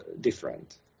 different